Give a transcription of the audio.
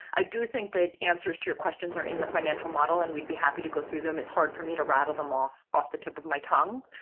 i do think that answers to your questions are in the financial model, and we'd be happy to go through them. it's hard for me to rattle them off off the tip of my tongue,